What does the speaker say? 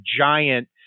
giant